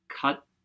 cut